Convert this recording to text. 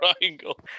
Triangle